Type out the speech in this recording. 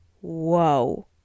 whoa